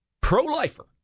Pro-Lifer